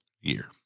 year